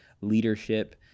leadership